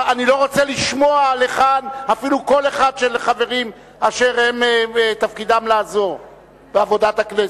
אני לא רוצה לשמוע אפילו קול אחד של חברים שתפקידם לעזור בעבודת הכנסת.